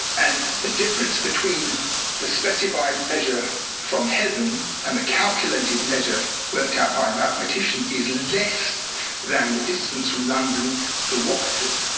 and the difference between the specified measure from heaven and the calculated measure worked out by mathematician is less than the distance from london to watford.